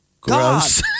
Gross